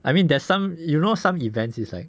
I mean there's some you know some events is like